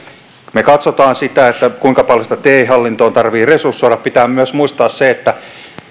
me katsomme sitä kuinka paljon te hallintoa tarvitsee resursoida pitää myös muistaa se että